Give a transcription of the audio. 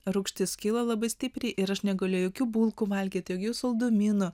rūgštis kyla labai stipriai ir aš negaliu jokių bulkų valgyti jokių saldumynų